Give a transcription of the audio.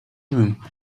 room